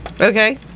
Okay